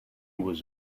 was